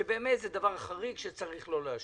שבאמת זה דבר חריג שצריך לא לאשר.